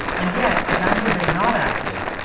and yet, if andrew had not acted,